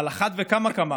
על אחת כמה וכמה